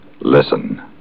Listen